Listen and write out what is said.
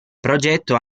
progetto